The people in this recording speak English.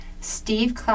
Steve